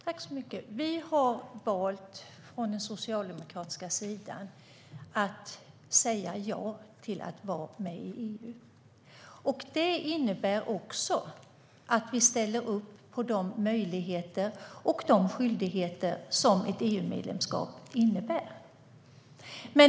Herr talman! Vi har från den socialdemokratiska sidan valt att säga ja till att vara med i EU. Det innebär att vi ställer upp på de möjligheter och skyldigheter ett EU-medlemskap innebär.